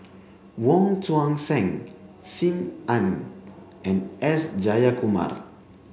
Wong Tuang Seng Sim Ann and S Jayakumar